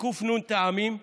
בק"נ טעמים אילוצים.